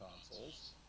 consoles